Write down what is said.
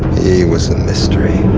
he was a mystery!